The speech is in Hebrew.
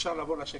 למה